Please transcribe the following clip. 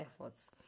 efforts